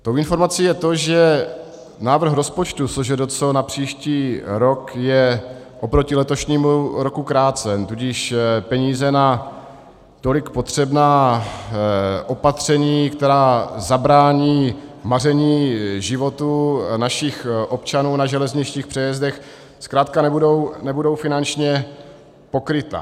Tou informací je to, že návrh rozpočtu SŽDC na příští rok je oproti letošnímu roku krácen, tudíž peníze na tolik potřebná opatření, která zabrání maření životů našich občanů na železničních přejezdech, zkrátka nebudou finančně pokryta.